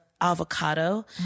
avocado